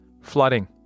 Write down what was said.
flooding